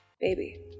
baby